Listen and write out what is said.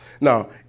Now